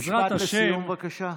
בעזרת השם, משפט לסיום, בבקשה.